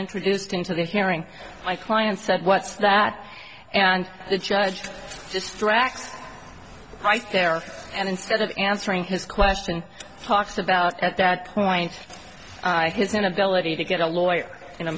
introduced into the hearing my client said what's that and the judge just racks priced there and instead of answering his question talks about at that point his inability to get a lawyer in a